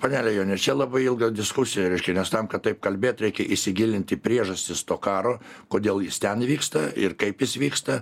panele jone čia labai ilga diskusija reiškia nes tam kad taip kalbėt reikia įsigilint į priežastis to karo kodėl jis ten vyksta ir kaip jis vyksta